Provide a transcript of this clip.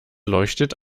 leuchtet